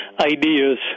ideas